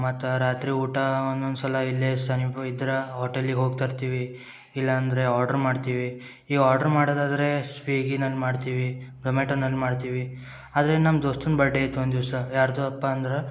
ಮತ್ತು ರಾತ್ರಿ ಊಟ ಒಂದೊಂದ್ಸಲ ಇಲ್ಲೇ ಸಮೀಪ ಇದ್ರೆ ಓಟಲಿಗೆ ಹೋಗ್ ತರ್ತೀವಿ ಇಲ್ಲಾಂದರೆ ಆಡ್ರ್ ಮಾಡ್ತೀವಿ ಈ ಆಡ್ರ್ ಮಾಡೊದಾದರೆ ಸ್ವೀಗಿನಲ್ಲಿ ಮಾಡ್ತೀವಿ ಜೊಮೆಟೊನಲ್ಲಿ ಮಾಡ್ತೀವಿ ಆದರೆ ನಮ್ಮ ದೋಸ್ತನ ಬರ್ಡೆ ಇತ್ತು ಒಂದಿವಸ ಯಾರ್ದೋಪ್ಪ ಅಂದ್ರೆ